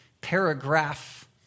paragraph